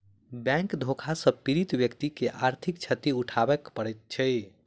bank धोखा सॅ पीड़ित व्यक्ति के आर्थिक क्षति उठाबय पड़ैत छै